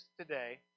today